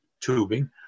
tubing